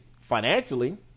financially